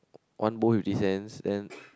one bowl fifty cents then